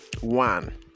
One